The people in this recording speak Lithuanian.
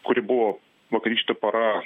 kuri buvo vakarykštė para